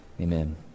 Amen